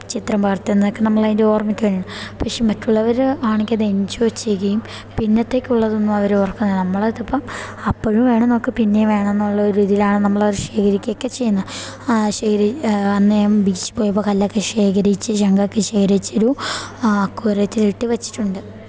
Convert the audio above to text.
ചിത്രം പകർത്തുന്നതൊക്കെ നമ്മളതിൻ്റെ ഓർമ്മയ്ക്കുവേണ്ടി പക്ഷെ മറ്റുള്ളവർ ആണെങ്കിൽ അത് എഞ്ചോയ് ചെയ്യുകയും പിന്നത്തേക്കുള്ളതൊന്നും അവർ ഓർക്കുന്നില്ല നമ്മളതിപ്പം അപ്പോഴും വേണം നമുക്ക് പിന്നേയും വേണം എന്നുള്ളൊരിതിലാണ് നമ്മൾ ശേഖരിക്കുകയൊക്കെ ചെയ്യുന്നത് ശരി അന്നു ഞാൻ ബീച്ചിൽ പോയപ്പോൾ കല്ലൊക്കെ ശേഖരിച്ച് ശംഖൊക്കെ ശേഖരിച്ചൊരു അക്വേറിയത്തിലിട്ടു വെച്ചിട്ടുണ്ട്